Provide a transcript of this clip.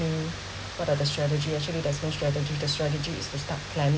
me what are the strategy actually there is no strategy the strategy is to start planning